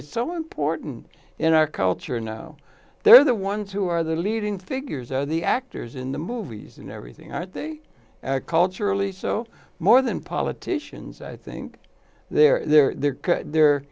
is so important in our culture now they're the ones who are the leading figures or the actors in the movies and everything are they are culturally so more than politicians i think they're they're they're they're